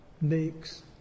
makes